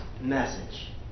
message